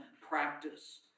practice